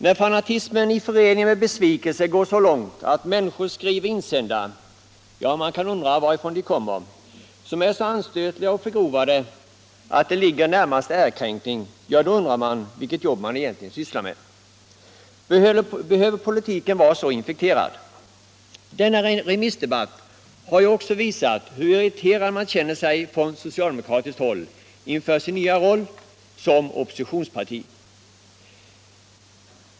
När fanatism i förening med besvikelse går så långt att människor skriver insändare - man kan undra varifrån de kommer — som är så anstötliga och förgrovade att de ligger närmast ärekränkning, då undrar man vilket jobb man egentligen sysslar med. Behöver politiken vara så infekterad? Denna remissdebatt har också visat hur irriterad man känner sig på socialdemokratiskt håll inför sin nya roll som oppositionsparti.